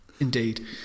Indeed